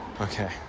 Okay